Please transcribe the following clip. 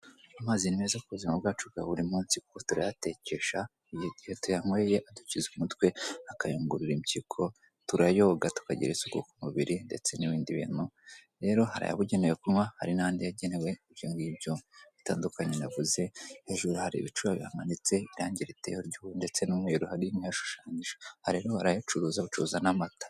Amazi ni meza ku buzima bwacu bwa buri munsi turayatekesha, igihe tuyanyweye adukiza umutwe akayungurura impyiko, turayoga tukagira isuku ku mubiri ndetse n'ibindi bintu, rero hari ayabugenewe kunywa hari n'andi yagenewe ibyo ngibyo bitandukanye ntavuze, hejuru hari ibiciro bihamanitse irangi riteye ry'ubururu ndetse n'umweru hari inka ihashushanyije barimo barayacuruza bacuruza n'amata.